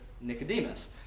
Nicodemus